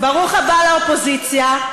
הבא לאופוזיציה.